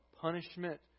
punishment